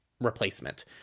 replacement